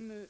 Den